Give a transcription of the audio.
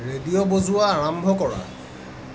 radio বজোৱা আৰম্ভ কৰা